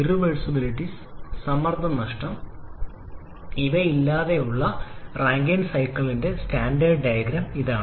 irreversibilities സമ്മർദ്ദ നഷ്ടം ഇവ ഇല്ലാത്ത റാങ്കൈൻ സൈക്കിളിനുള്ള സ്റ്റാൻഡേർഡ് ഡയഗ്രം ഇതാണ്